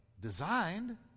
designed